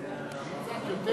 קצת יותר.